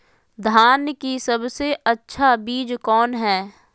धान की सबसे अच्छा बीज कौन है?